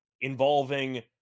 involving